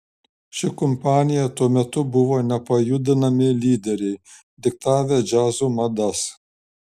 ši kompanija tuo metu buvo nepajudinami lyderiai diktavę džiazo madas